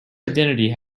identity